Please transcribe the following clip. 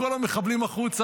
כל המחבלים החוצה",